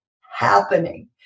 happening